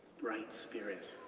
bright spirit,